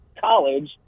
College